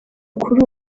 kuri